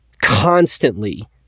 constantly